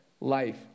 life